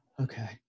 okay